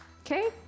Okay